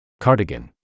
Cardigan